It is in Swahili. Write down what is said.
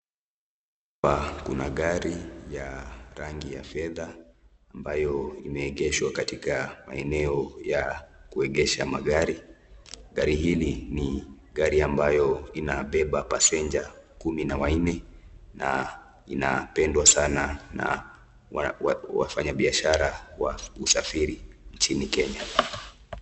Hapa kuna gari ya rangi ya fedha ambayo imeegeshwa katika maeneo ya kugesha magari, gari hili ni gari ambayo inabeba passenger kumi na wanne na inapendwa sana na wafanyi biashara wa usafiri nchini kenya.